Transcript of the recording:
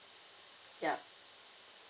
ya